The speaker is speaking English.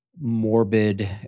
morbid